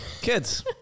Kids